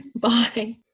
Bye